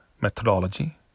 methodology